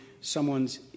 someone's